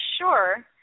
sure